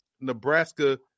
Nebraska